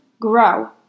grow